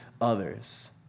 others